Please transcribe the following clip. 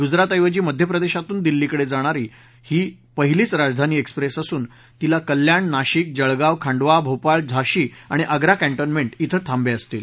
गुजरातऐवजी मध्य प्रदेशातून दिल्लीकडे जाणारी ही पहिलीच राजधानी एक्सप्रेस असून तिला कल्याण नाशिक जळगाव खांडवा भोपाळ झाशी आणि आग्रा कँन्टोन्मेंट इथं थांबे असतील